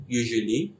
usually